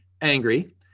angry